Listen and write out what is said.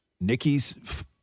Nikki's